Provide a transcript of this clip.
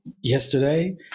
yesterday